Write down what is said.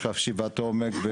יש חשיבת עומק,